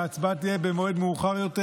ההצבעה תהיה מאוחר יותר,